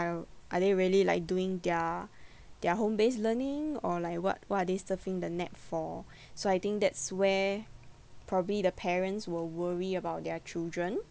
are they really like doing their their home-based learning or like what what are they surfing the net for so I think that's where probably the parents will worry about their children